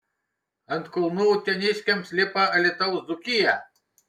ant kulnų uteniškiams lipa alytaus dzūkija